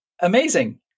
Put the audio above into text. amazing